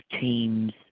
teams